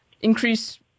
increase